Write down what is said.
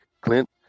Clint